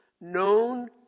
known